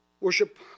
worship